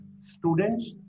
students